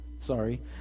sorry